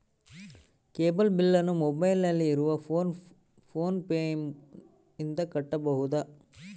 Cable ಬಿಲ್ಲನ್ನು ಮೊಬೈಲಿನಲ್ಲಿ ಇರುವ ಫೋನ್ ಪೇನಿಂದ ಕಟ್ಟಬಹುದಾ?